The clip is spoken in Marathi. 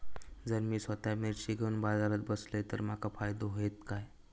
जर मी स्वतः मिर्ची घेवून बाजारात बसलय तर माका फायदो होयत काय?